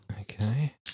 Okay